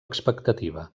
expectativa